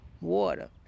water